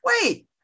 Wait